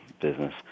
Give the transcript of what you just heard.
business